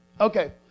Okay